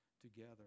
together